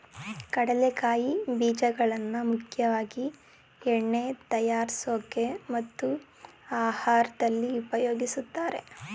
ಕಡಲೆಕಾಯಿ ಬೀಜಗಳನ್ನಾ ಮುಖ್ಯವಾಗಿ ಎಣ್ಣೆ ತಯಾರ್ಸೋಕೆ ಮತ್ತು ಆಹಾರ್ದಲ್ಲಿ ಉಪಯೋಗಿಸ್ತಾರೆ